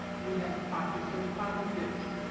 we had partisan politics.